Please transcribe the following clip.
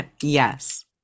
Yes